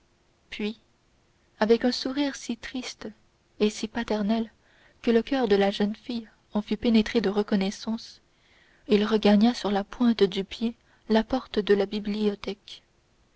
puis avec un sourire si triste et si paternel que le coeur de la jeune fille en fut pénétré de reconnaissance il regagna sur la pointe du pied la porte de la bibliothèque